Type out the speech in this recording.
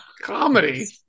comedy